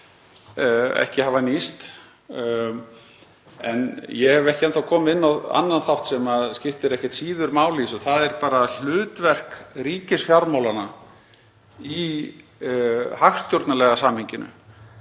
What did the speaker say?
ekki hafa nýst. En ég hef ekki enn þá komið inn á annan þátt sem skiptir ekki síður máli í þessu. Það er hlutverk ríkisfjármálanna í hagstjórnarlega samhenginu.